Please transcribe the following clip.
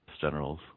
generals